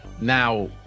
now